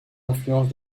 influence